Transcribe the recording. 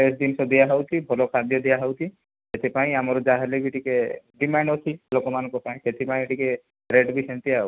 fresh ଜିନିଷ ଦିଆ ହେଉଛି ଭଲ ଖାଦ୍ୟ ଦିଆ ହେଉଛି ସେଥିପାଇଁ ଆମର ଯାହାହେଲେବି ଟିକେ ଡିମାଣ୍ଡ ଅଛି ଲୋକମାନଙ୍କ ପାଇଁ ସେଥିପାଇଁ ଟିକେ ରେଟ ବି ସେମିତି ଆଉ